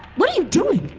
what are you doing?